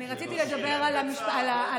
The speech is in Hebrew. אני רציתי לדבר, שלא שירת בצה"ל על הפארסה